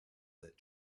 that